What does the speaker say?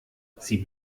sie